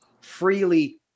freely